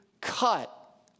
cut